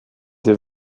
des